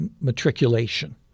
matriculation